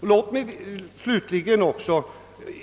Jag vill slutligen